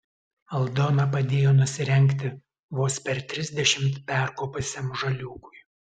aldona padėjo nusirengti vos per trisdešimt perkopusiam žaliūkui